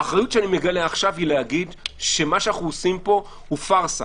האחריות שנגלה עכשיו היא לומר שמה שאנו עושים פה הוא פארסה,